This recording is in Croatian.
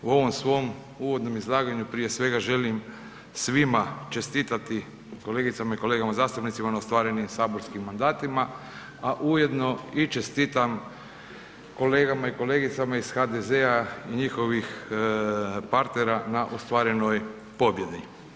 U ovom svom uvodnom izlaganju prije svega želim svima čestitati kolegicama i kolegama zastupnicima na ostvarenim saborskim mandatima a ujedno i čestitam kolegama i kolegicama iz HDZ-a i njihovih partnera na ostvarenoj pobjedi.